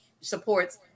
supports